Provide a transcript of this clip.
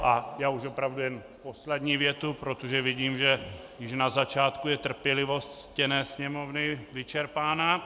Já už opravdu jen poslední větu, protože vidím, že již na začátku je trpělivost ctěné Sněmovny vyčerpána.